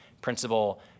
principle